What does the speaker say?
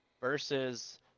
versus